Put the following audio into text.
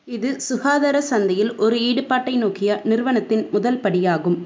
இது சுகாதார சந்தையில் ஒரு ஈடுபாட்டை நோக்கிய நிறுவனத்தின் முதல் படியாகும்